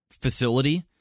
facility